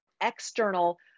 external